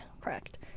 Correct